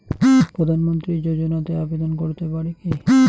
প্রধানমন্ত্রী যোজনাতে আবেদন করতে পারি কি?